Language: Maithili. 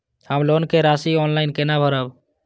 हम लोन के राशि ऑनलाइन केना भरब?